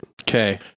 Okay